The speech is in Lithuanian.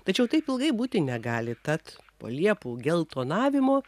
tačiau taip ilgai būti negali tad po liepų geltonavimo